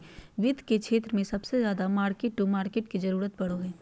वित्त के क्षेत्र मे सबसे ज्यादा मार्किट टू मार्केट के जरूरत पड़ो हय